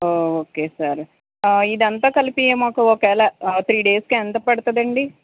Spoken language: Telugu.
ఓకే సార్ ఆ ఇదంతా కలిపి మాకు ఒక వేళ్ళ త్రీ డేస్కి ఎంత పడుతుందండి